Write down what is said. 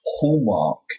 hallmark